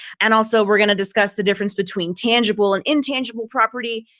and also we're going to discuss the difference between tangible and intangible property.